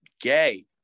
gay